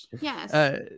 yes